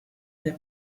der